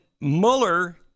Mueller